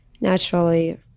naturally